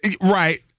Right